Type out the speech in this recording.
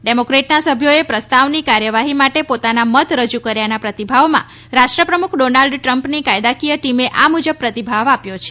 ડેમોક્રેટના સભ્યોએ પ્રસ્તાવની કાર્યવાહી માટે પોતાના મત રજૂ કર્યાના પ્રતિભાવમાં રાષ્ટ્રપ્રમુખ ડોનાલ્ડ ટ્રમ્પની કાયદાકીય ટીમે આ મુજબ પ્રતિભાવ આપ્યો છે